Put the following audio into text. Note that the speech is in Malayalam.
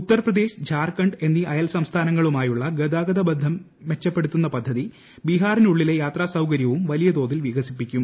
ഉത്തർ പ്രദേശ് ജാർഖണ്ഡ് എന്നീ അയൽ സംസ്ഥാനങ്ങളുമായുള്ള ഗതാഗത ബന്ധം മെച്ചപ്പെടുത്തുന്ന പദ്ധതി ബിഹാറിനുള്ളിലെ യാത്രാ സൌകര്യവും വലിയ തോതിൽ വികസിപ്പിക്കും